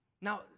Now